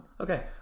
okay